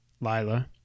Lila